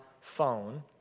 phone